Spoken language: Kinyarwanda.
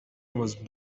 was